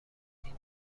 این